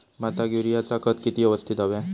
भाताक युरियाचा खत किती यवस्तित हव्या?